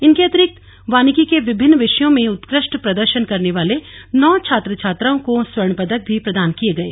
इनके अतिरिक्त वानिकी के विभिन्न विषयों में उत्कृष्ट प्रदर्शन करने वाले नौ छात्र छात्राओं को स्वर्ण पदक भी प्रदान किए गए